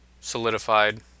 solidified